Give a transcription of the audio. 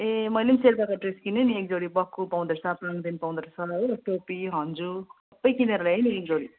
ए मैले पनि शेर्पाको ड्रेस किनेँ नि एकजोडी बक्खु पाउँदोरहेछ पाङ्देन पाउँदोरहेछ है टोपी हन्जु सबै किनेर ल्याएँ नि एकजोडी